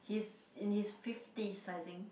he's in his fifties I think